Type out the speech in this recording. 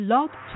Love